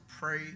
pray